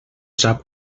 sap